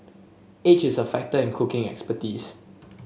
age is a factor in cooking expertise